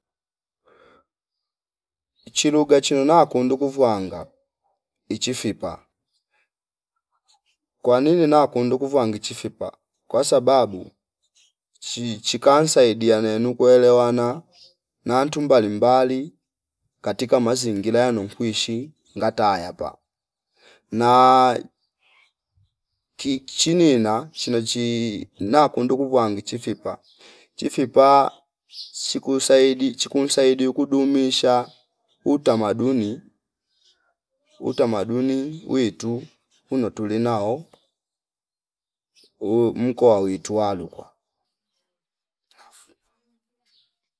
Chilugha chinono na kundu kuvwanga ichi fipa kwani na kundu kuvwanga ichi fipa kwa sababu chi- chikansaidia nenu kuelewana nantu mbali mbali katika mazingila yano kuishi ngata yapa na ki chinina chine chi na kundu kuvwanga chi fipa, chi fipa siku saidi chiku nsaidi ikudumisha utamaduni utamaduni witu kuno tuli nao umkoa waitwa lukwa nafu